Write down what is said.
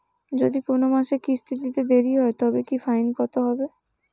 যদি কোন মাসে কিস্তি দিতে দেরি হয় তবে কি ফাইন কতহবে?